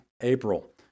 April